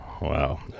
Wow